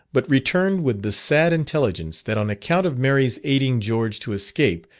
but returned with the sad intelligence that on account of mary's aiding george to escape,